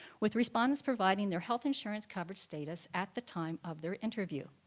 with respondents providing their health insurance coverage status at the time of their interview.